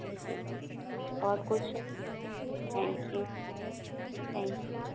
जी और कुछ thank you thank you